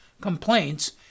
complaints